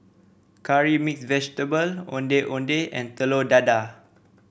curry mix vegetable Ondeh Ondeh and Telur Dadah